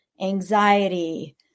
anxiety